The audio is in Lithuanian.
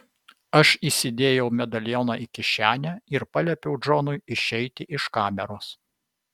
aš įsidėjau medalioną į kišenę ir paliepiau džonui išeiti iš kameros